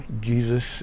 Jesus